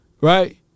right